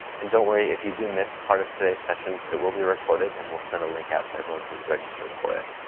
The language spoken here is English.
and don't worry, if you do miss part of today's session, it will be recorded, and we'll send a link out to everyone who has registered for it.